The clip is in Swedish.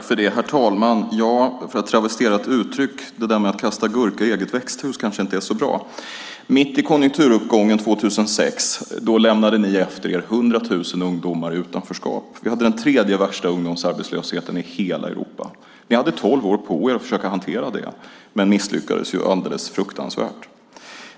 Herr talman! Låt mig travestera ett uttryck: Det där med att kasta gurka i eget växthus kanske inte är så bra. Mitt i konjunkturuppgången 2006 lämnade ni efter er 100 000 ungdomar i utanförskap. Vi hade den tredje värsta ungdomsarbetslösheten i hela Europa. Ni hade tolv år på er att försöka hantera det, men ni misslyckades alldeles fruktansvärt.